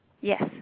Yes